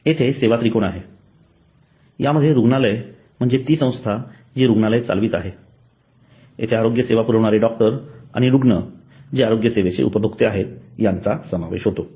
येथे सेवा त्रिकोण आहे यामध्ये रुग्णालय म्हणजे ती संस्था जी रुग्णलाय चालवीत आहे येथे आरोग्य सेवा पुरविणारे डॉक्टर्स आणि रुग्ण जे आरोग्य सेवेचे उपभोक्ते आहेत यांचा समावेश होतो